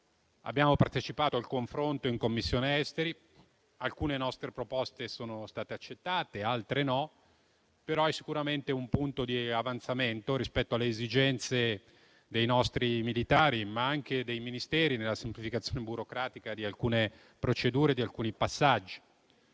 Abbiamo partecipato al confronto in Commissione affari esteri e difesa, dove alcune nostre proposte sono state accettate e altre no, ma è sicuramente un punto di avanzamento rispetto alle esigenze dei nostri militari, come pure dei Ministeri, nella semplificazione burocratica di alcune procedure e di alcuni passaggi.